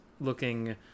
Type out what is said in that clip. looking